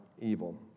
evil